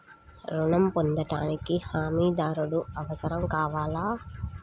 ఋణం పొందటానికి హమీదారుడు అవసరం కావాలా?